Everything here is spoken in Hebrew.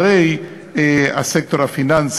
המתחילות, הסטרט-אפים,